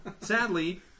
Sadly